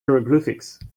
hieroglyphics